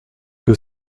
que